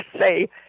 say